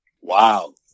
Wow